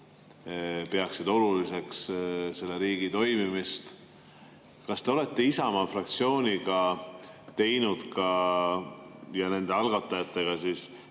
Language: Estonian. peaksid oluliseks selle riigi toimimist. Kas te olete Isamaa fraktsiooni ja eelnõu algatajatega